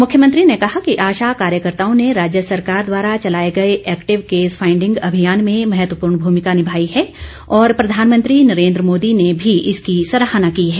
मुख्यमंत्री ने कहा कि आशा कार्यकर्ताओं ने राज्य सरकार द्वारा चलाए गए एक्टिव केस फाईडिंग अभियान में महत्वपूर्ण भूमिका निभाई है और प्रधानमंत्री नरेन्द्र मोदी ने भी इसकी सराहना की है